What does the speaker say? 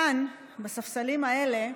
כאן, בספסלים האלה,